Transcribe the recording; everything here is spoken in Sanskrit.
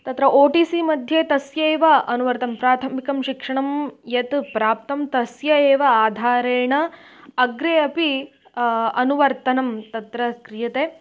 तत्र ओ टि सि मध्ये तस्यैव अनुवर्तनं प्राथमिकं शिक्षणं यत् प्राप्तं तस्य एव आधारेण अग्रे अपि अनुवर्तनं तत्र क्रियते